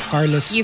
Carlos